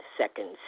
seconds